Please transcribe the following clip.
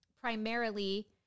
Primarily